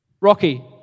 Rocky